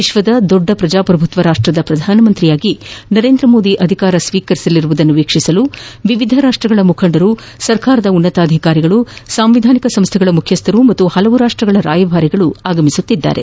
ವಿಶ್ವದ ದೊಡ್ಡ ಪ್ರಜಾಪ್ರಭುತ್ವ ರಾಷ್ಟದ ಪ್ರಧಾನಮಂತ್ರಿಯಾಗಿ ನರೇಂದ್ರ ಮೋದಿ ಅಧಿಕಾರ ಸ್ವೀಕರಿಸಲಿರುವುದನ್ನು ವೀಕ್ಷಿಸಲು ವಿವಿಧ ರಾಷ್ಟಗಳ ಮುಖಂಡರು ಸರ್ಕಾರದ ಉನ್ನತ ಅಧಿಕಾರಿಗಳು ಸಂವಿಧಾನಿಕ ಸಂಸ್ಥೆಗಳ ಮುಖ್ಯಸ್ಥರು ಮತ್ತು ಪಲವು ರಾಷ್ಟಗಳ ರಾಯಭಾರಿಗಳು ಆಗಮಿಸಲಿದ್ದಾರೆ